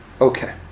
Okay